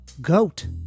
goat